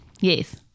Yes